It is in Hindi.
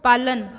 पालन